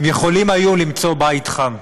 הם יכולים היו למצוא בית חם.